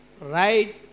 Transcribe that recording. right